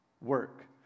work